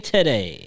Today